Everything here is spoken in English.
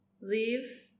leave